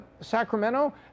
Sacramento